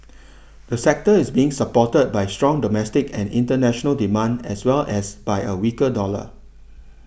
the sector is being supported by strong domestic and international demand as well as by a weaker dollar